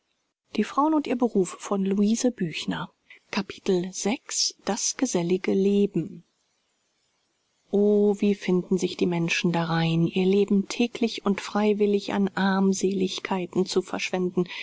das gesellige leben o wie finden sich die menschen darein ihr leben täglich und freiwillig an armseligkeiten zu verschwenden